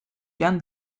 jan